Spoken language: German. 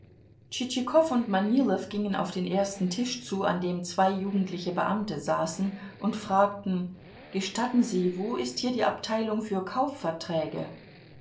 und manilow gingen auf den ersten tisch zu an dem zwei jugendliche beamte saßen und fragten gestatten sie wo ist hier die abteilung für kaufverträge